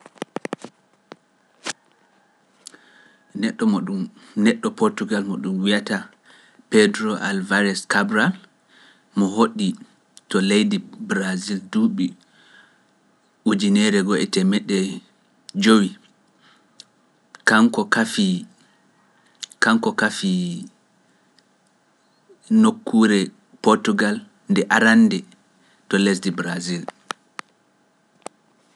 Neɗɗo mo ɗum - neɗɗo Portugal mo ɗum wi’ata Pedro Alvarez Cabral mo hoɗii to lesdi Brazil duuɓi ujineere go'o e teemeɗɗe jowi, kanko kafii, kanko kafi nokkuure Portugal nde to lesdi Brazil